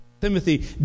Timothy